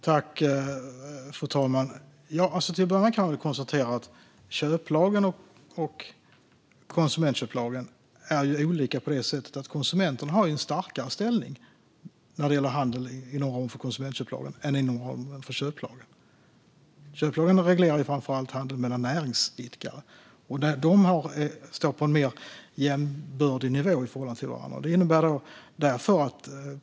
Fru talman! Till att börja med kan jag konstatera att köplagen och konsumentköplagen är olika på det sättet att konsumenterna har en starkare ställning när det gäller handel inom ramen för konsumentköplagen än inom ramen för köplagen. Köplagen reglerar framför allt handel mellan näringsidkare och där de står på en mer jämbördig nivå i förhållande till varandra.